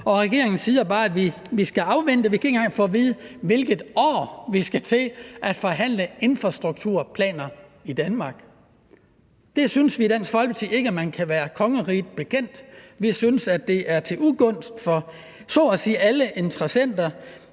regeringen siger bare, at vi skal afvente. Vi kan ikke engang få at vide, hvilket år vi skal til at forhandle infrastrukturplaner i Danmark. Det synes vi i Dansk Folkeparti ikke at man kan være kongeriget bekendt. Vi synes, det er til ugunst for så at sige alle interessenter